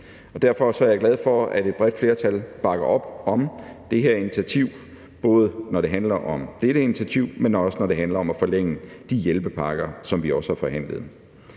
derfor er jeg glad for, at et bredt flertal bakker op, både når det handler om dette initiativ, men også når det handler om at forlænge de hjælpepakker, som vi også har forhandlet.